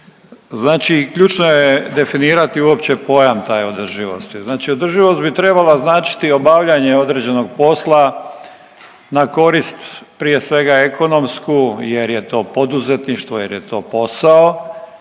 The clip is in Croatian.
Znači ključno je definirati uopći pojam taj održivost, znači održivost bi trebala značiti obavljanje određenog posla na korist prije svega ekonomsku jer je to poduzetništvo, jer je to posao,